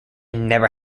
never